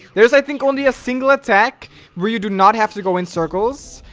there's i think only a single attack where you do not have to go in circles?